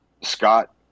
Scott